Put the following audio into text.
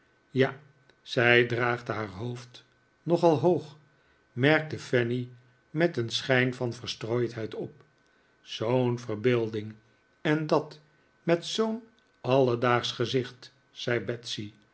ja zij draagt haar hoofd nogal hoog merkte fanny met een schijn van verstrooidheid op zoo'n verbeelding en dat met zoo'n alledaagsch gezicht zei